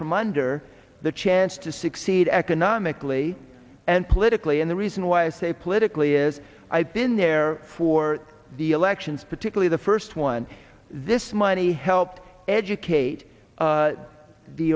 from under the chance to succeed economically and politically and the reason why i say politically is i've been there for the elections particularly the first one this money helped educate